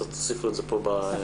תוסיפו את זה פה.